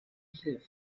hilfe